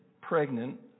pregnant